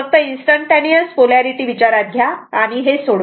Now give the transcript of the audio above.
फक्त instantaneous polarity विचारात घ्या आणि हे सोडवा